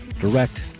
direct